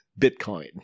Bitcoin